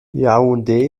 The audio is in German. yaoundé